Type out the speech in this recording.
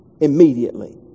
Immediately